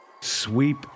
Sweep